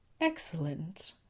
Excellent